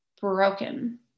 broken